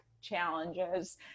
challenges